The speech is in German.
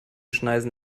schneisen